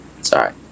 Sorry